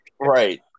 Right